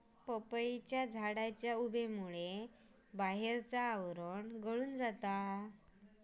पपईचे झाड उबेमुळे बाहेरचा आवरण गळून जाता